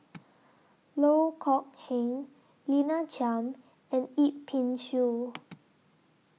Loh Kok Heng Lina Chiam and Yip Pin Xiu